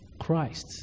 Christ